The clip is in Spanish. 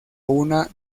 una